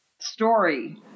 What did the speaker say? story